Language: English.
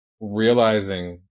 realizing